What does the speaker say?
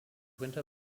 winter